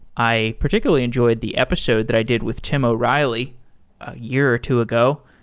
i particularly enjoyed the episode that i did with tim o'reilly a year or two ago.